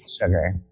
sugar